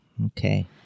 Okay